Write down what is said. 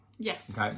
Yes